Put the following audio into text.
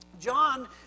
John